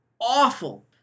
awful